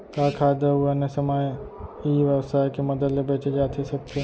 का खाद्य अऊ अन्य समान ई व्यवसाय के मदद ले बेचे जाथे सकथे?